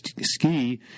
ski